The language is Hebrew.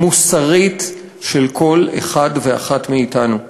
מוסרית של כל אחד ואחת מאתנו.